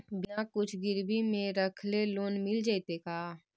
बिना कुछ गिरवी मे रखले लोन मिल जैतै का?